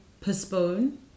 postpone